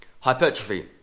hypertrophy